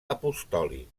apostòlic